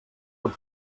pot